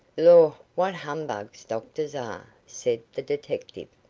lor', what humbugs doctors are, said the detective,